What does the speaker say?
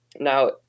Now